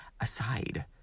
aside